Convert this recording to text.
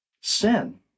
sin